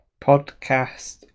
podcast